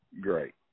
great